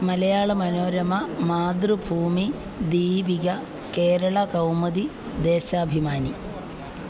Malayala Manorama Mathrubhumi Deepika Keralakaumudi Deshabhimani